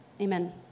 Amen